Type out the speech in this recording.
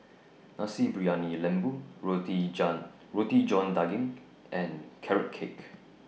Nasi Briyani Lembu Roti Roti John Daging and Carrot Cake